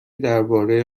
درباره